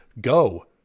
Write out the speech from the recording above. go